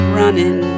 running